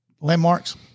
landmarks